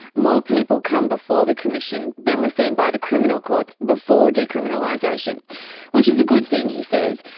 more people come before the commission than were seen by the criminal courts before decriminalisation which is a good thing he says,